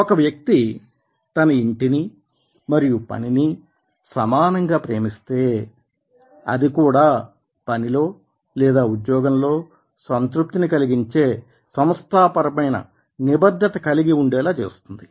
ఒక వ్యక్తి తన ఇంటినీ మరియు పనినీ సమానంగా ప్రేమిస్తే అది కూడా పనిలో లేదా ఉద్యోగంలో సంతృప్తిని కలిగించే సంస్థాపరమైన నిబద్ధత కలిగి ఉండేలా చేస్తుంది